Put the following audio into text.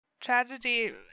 tragedy